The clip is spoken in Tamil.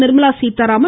நிர்மலா சீத்தாராமன்